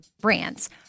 brands